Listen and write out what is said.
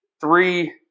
three